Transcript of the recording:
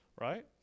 right